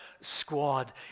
squad